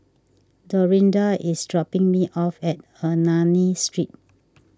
Dorinda is dropping me off at Ernani Street